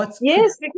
Yes